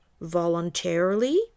voluntarily